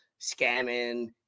scamming